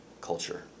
culture